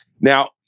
Now